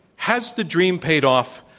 has the dream paid off?